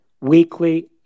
weekly